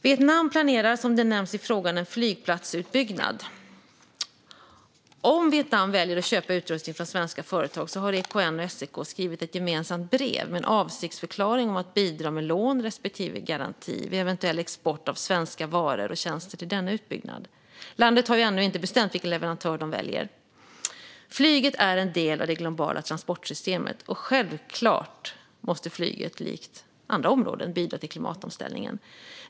Vietnam planerar, som nämns i frågan, en flygplatsutbyggnad. För den händelse att Vietnam väljer att köpa utrustning från svenska företag har EKN och SEK skrivit ett gemensamt brev med en avsiktsförklaring om att bidra med lån respektive garanti vid eventuell export av svenska varor och tjänster till denna utbyggnad. Landet har ännu inte bestämt vilken leverantör de väljer. Flyget är en del av det globala transportsystemet, och självklart måste flyget, likt andra områden, bidra till klimatomställningen.